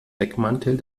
deckmantel